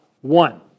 One